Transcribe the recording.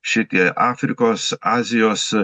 šitie afrikos azijos